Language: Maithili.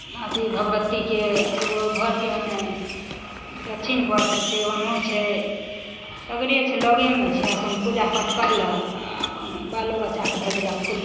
अथी भगवतीकेँ एगो घरके ओने दक्षिण भरसँ छै ओनहो छै सगरे छै लगेमे छै अपन पूजा पाठ कयलक आ अपन बालो बच्चाकेँ भेजलक फूल